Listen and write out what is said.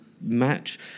match